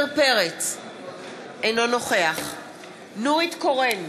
אינו נוכח נורית קורן,